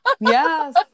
yes